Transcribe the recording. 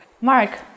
Mark